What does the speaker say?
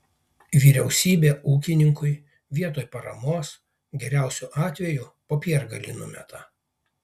vyriausybė ūkininkui vietoj paramos geriausiu atveju popiergalį numeta